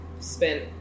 spent